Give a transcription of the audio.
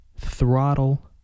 throttle